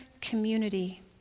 community